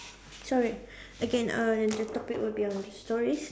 sorry again uh the topic will be on stories